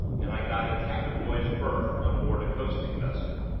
and i got a cabin-boy's berth on board a coasting-vessel.